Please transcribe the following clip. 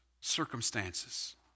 circumstances